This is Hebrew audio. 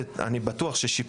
ואני בטוח שיש לכולם שיפורים.